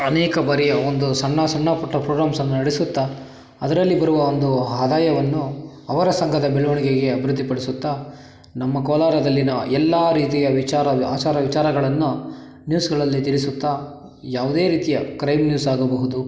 ಅನೇಕ ಬಗೆಯ ಒಂದು ಸಣ್ಣ ಸಣ್ಣ ಪುಟ್ಟ ಪ್ರೋಗ್ರಾಮ್ಸನ್ನ ನಡೆಸುತ್ತ ಅದರಲ್ಲಿ ಬರುವ ಒಂದು ಆದಾಯವನ್ನು ಅವರ ಸಂಘದ ಬೆಳವಣಿಗೆಗೆ ಅಭಿವೃದ್ಧಿಪಡಿಸುತ್ತಾ ನಮ್ಮ ಕೋಲಾರದಲ್ಲಿನ ಎಲ್ಲ ರೀತಿಯ ವಿಚಾರ ಆಚಾರ ವಿಚಾರಗಳನ್ನು ನ್ಯೂಸ್ಗಳಲ್ಲಿ ತಿಳಿಸುತ್ತಾ ಯಾವುದೇ ರೀತಿಯ ಕ್ರೈಮ್ ನ್ಯೂಸ್ ಆಗಬಹುದು